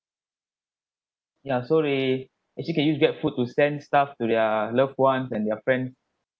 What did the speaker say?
ya so they actually can use grab food to send stuff to their loved ones and their friend